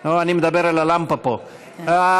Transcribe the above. לא שומעים אותך, תבקשי שיגבירו, כן, אדוני